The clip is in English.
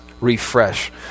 Refresh